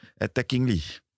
Attackingly